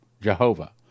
Jehovah